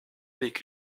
avec